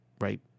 right